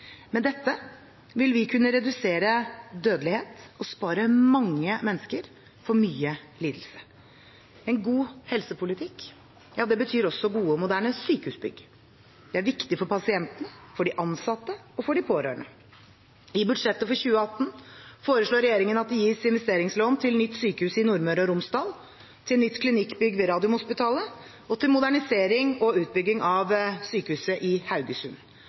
Med dette vil vi kunne redusere dødelighet og spare mange mennesker for mye lidelse. En god helsepolitikk betyr også gode og moderne sykehusbygg. Det er viktig for pasientene, for de ansatte og for de pårørende. I budsjettet for 2018 foreslår regjeringen at det gis investeringslån til nytt sykehus i Nordmøre og Romsdal, til nytt klinikkbygg ved Radiumhospitalet og til modernisering og utbygging av sykehuset i Haugesund.